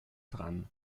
dran